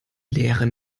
leere